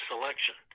selection